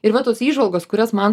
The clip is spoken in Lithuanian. ir va tos įžvalgos kurias man